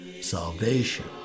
Salvation